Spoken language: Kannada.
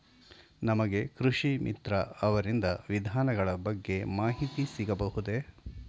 ನಮಗೆ ಕೃಷಿ ಮಿತ್ರ ಅವರಿಂದ ವಿಧಾನಗಳ ಬಗ್ಗೆ ಮಾಹಿತಿ ಸಿಗಬಹುದೇ?